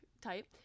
type